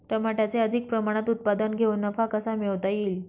टमाट्याचे अधिक प्रमाणात उत्पादन घेऊन नफा कसा मिळवता येईल?